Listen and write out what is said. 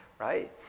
right